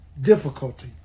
difficulty